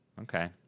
Okay